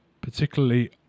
Particularly